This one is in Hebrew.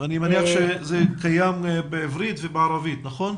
אני מניח שזה קיים בעברית ובערבית, נכון?